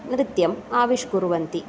नृत्यम् आविष्कुर्वन्ति